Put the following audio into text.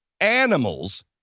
animals